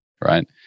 Right